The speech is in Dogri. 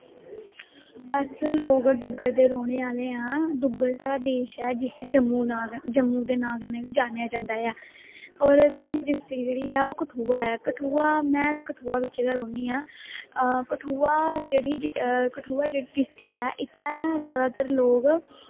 अस लोग डुग्गर दे रौह्ने आह्ले आं डुग्गर साढ़ा देश ऐ जिस्सी जम्मू दे नांऽ कन्नै गै जानेआं जंदा ऐ और साढ़ी डिस्टिक जेह्ड़ी ऐ ओह् कठुआ ऐ में ते कठुआ बिच्च गै रौह्न्नी आं कठुआ जेह्की डिस्टिक ऐ जादातर लोग